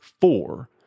four